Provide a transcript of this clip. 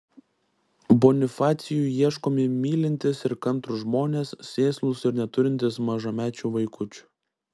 bonifacijui ieškomi mylintys ir kantrūs žmonės sėslūs ir neturintys mažamečių vaikučių